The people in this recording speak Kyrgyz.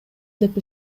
деп